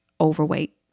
overweight